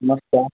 नमस्कार